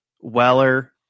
Weller